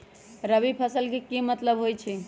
रबी फसल के की मतलब होई छई?